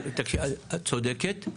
את צודקת.